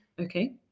Okay